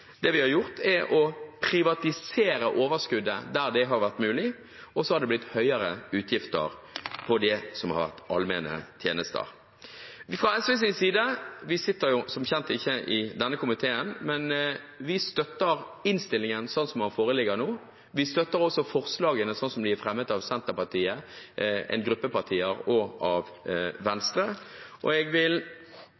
Det vi har gjort, er å privatisere overskuddet der det har vært mulig, og så har det blitt høyere utgifter på det som har vært allmenne tjenester. Fra SVs side – vi sitter som kjent ikke i denne komiteen – støtter vi innstillingen, slik som den foreligger nå. Vi støtter også forslagene, slik de er fremmet av Senterpartiet, av en gruppe partier og av